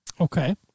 Okay